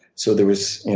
so there was